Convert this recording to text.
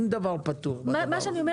חבל להפוך את ראש אגף התנועה לאיזה